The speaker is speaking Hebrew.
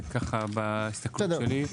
מההסתכלות שלי.